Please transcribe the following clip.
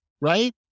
right